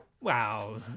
wow